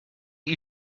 you